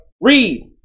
Read